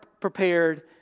prepared